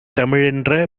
தமிழென்ற